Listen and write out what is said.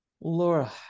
Laura